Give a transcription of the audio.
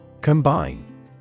Combine